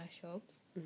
shops